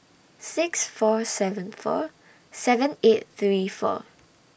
six four seven four seven eight three four